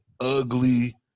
ugly